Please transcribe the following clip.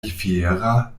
fiera